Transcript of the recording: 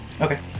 Okay